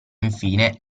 infine